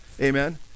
amen